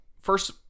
first